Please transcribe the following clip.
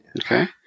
Okay